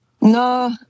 No